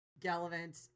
Gallivant